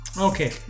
Okay